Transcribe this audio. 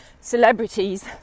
celebrities